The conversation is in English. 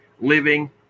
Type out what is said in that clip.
living